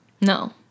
No